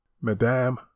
Madame